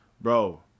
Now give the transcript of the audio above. Bro